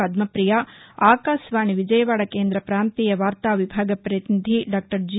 పద్మపియ ఆకాశవాణి విజయవాడ కేంద్ర ప్రాంతీయ వార్తా విభాగ ప్రతినిధి డాక్లర్ జి